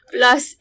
Plus